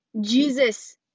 Jesus